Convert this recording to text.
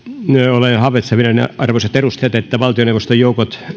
olen havaitsevinani arvoisat edustajat että valtioneuvoston joukot